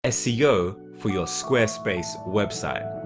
ah seo for your squarespace website